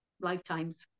lifetimes